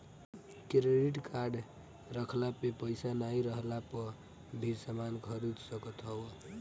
credit card रखला पे पईसा नाइ रहला पअ भी समान खरीद सकत हवअ